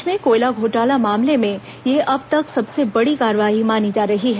प्रदेश में कोयला घोटाला मामले में ये अब तक सबसे बड़ी कार्रवाई मानी जा रही है